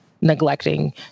neglecting